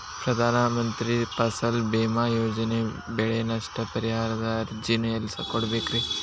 ಪ್ರಧಾನ ಮಂತ್ರಿ ಫಸಲ್ ಭೇಮಾ ಯೋಜನೆ ಬೆಳೆ ನಷ್ಟ ಪರಿಹಾರದ ಅರ್ಜಿನ ಎಲ್ಲೆ ಕೊಡ್ಬೇಕ್ರಿ?